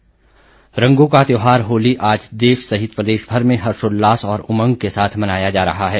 होली रंगों का त्योहार होली आज देश सहित प्रदेशभर में हर्षोल्लास और उमंग के साथ मनाया जा रहा है